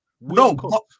No